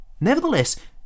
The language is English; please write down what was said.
Nevertheless